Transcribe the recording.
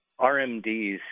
RMDs